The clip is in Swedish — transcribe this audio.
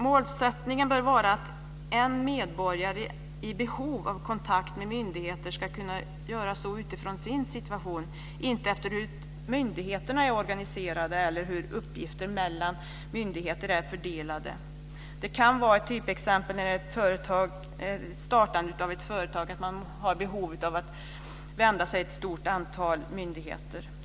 Målsättningen bör vara att en medborgare vid kontakt med myndigheter ska kunna sköta kontakten utifrån sin situation, inte utifrån hur myndigheterna är organiserade eller hur uppgifterna mellan myndigheter är fördelade. Ett typexempel är att man vid nystartande av ett företag har behov att vända sig till ett stort antal myndigheter.